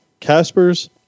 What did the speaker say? Caspers